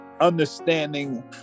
understanding